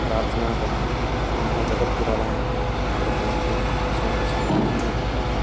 प्रार्थना कर्तुं पुनः जगद्गुरवः अपि तत्र भवन्ति तेषां दर्शनेन अपि